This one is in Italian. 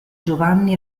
giovanni